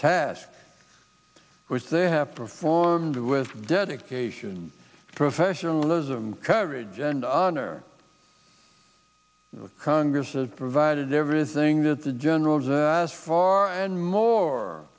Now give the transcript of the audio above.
task which they have performed with dedication professionalism courage and honor congress has provided everything that the generals asked for and more